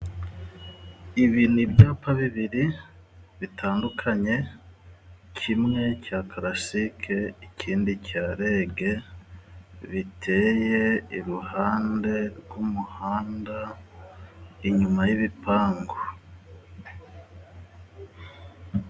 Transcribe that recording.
Ibi ni ibyapa bibiri bitandukanye, kimwe cya Karasike, ikindi cya Rege biteye iruhande rw'umuhanda, inyuma y'ibipangu.